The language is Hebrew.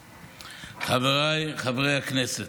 חבריי חברי הכנסת,